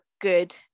good